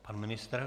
Pan ministr?